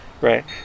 Right